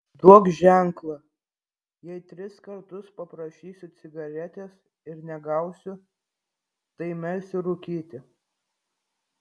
duok ženklą jei tris kartus paprašysiu cigaretės ir negausiu tai mesiu rūkyti